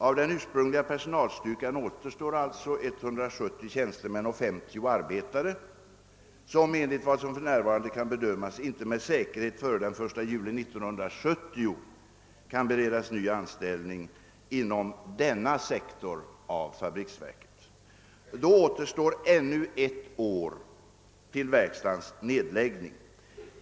Av den ursprungliga personalstyrkan återstår alltså cirka 170 tjänstemän och cirka 50 arbetare, som enligt vad som för närvarande kan bedömas inte med säkerhet före den 1 juli 1970 kan beredas ny anställning inom denna sektor av fabriksverket. Då återstår ännu ett år till verkstadens nedläggning.